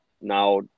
now